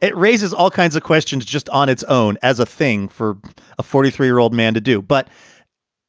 it raises all kinds of questions just on its own as a thing for a forty three year old man to do. but